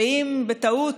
שאם בטעות,